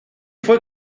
fue